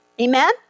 Amen